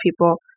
people